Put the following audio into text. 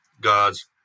gods